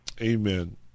Amen